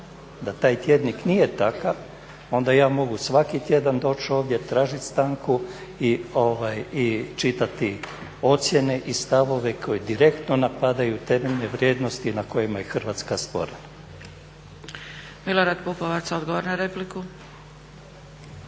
da taj tjednik nije takav onda ja mogu svaki tjedan doći ovdje, tražit stanku i čitati ocjene i stavove koji direktno napadaju temeljne vrijednosti na kojima je Hrvatska stvorena. **Zgrebec, Dragica (SDP)** Milorad Pupovac, odgovor na repliku.